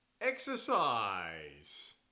exercise